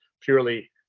purely